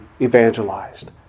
evangelized